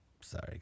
Sorry